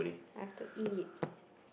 I have to eat